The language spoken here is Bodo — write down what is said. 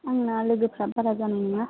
आंना लोगोफोरा बारा जानाय नङा